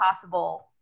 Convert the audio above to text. possible